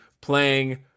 playing